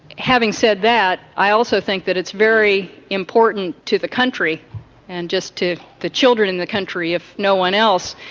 having said that, i also think that it's very important to the country and just to the children in the country if no one else,